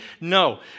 No